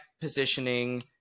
positioning